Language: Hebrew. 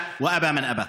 שירצה וימאן מי שימאן.)